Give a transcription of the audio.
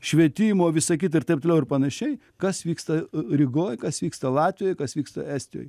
švietimo visa kita ir taip toliau ir panašiai kas vyksta rygoj kas vyksta latvijoj kas vyksta estijoj